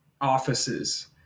offices